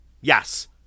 Yes